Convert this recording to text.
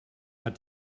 hat